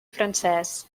francès